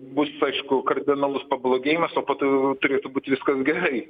bus aišku kardinalus pablogėjimas o po to jau turėtų būt viskas gerai